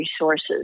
resources